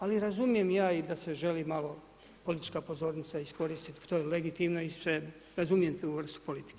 Ali razumijem ja i da se želi malo politička pozornica iskoristiti to je legitimno i razumijem tu vrstu politike.